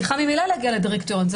צריכה ממילא להגיע לדירקטוריון.